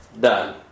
done